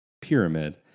pyramid